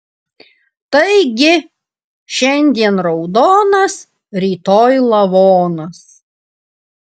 taigi šiandien raudonas rytoj lavonas